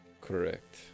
Correct